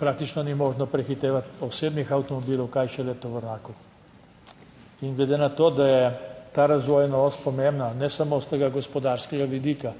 praktično ni možno prehitevati osebnih avtomobilov, kaj šele tovornjakov. In glede na to, da je ta razvojna os pomembna, ne samo s tega gospodarskega vidika,